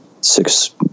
six